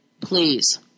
please